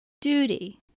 duty